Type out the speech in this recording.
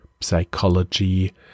psychology